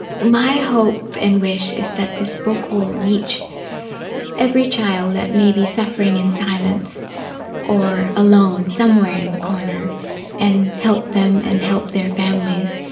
my hope and wish is that this book will reach every child that may be suffering in silence or alone somewhere in the corner and help them and help their families,